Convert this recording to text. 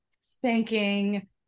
spanking